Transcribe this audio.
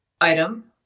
item